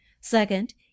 Second